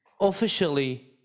officially